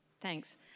Thanks